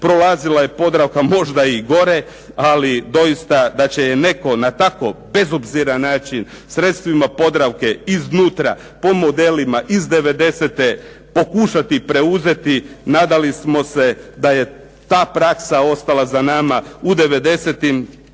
prolazila je "Podravka" možda i gore, ali doista da će je netko na tako bezobziran način, sredstvima "Podravke" iznutra, po modelima iz '90-te pokušati preuzeti, nadali smo se da je ta praksa ostala za nama u